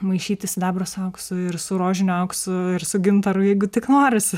maišyti sidabrą su auksu ir su rožiniu auksu ir su gintaru jeigu tik norisi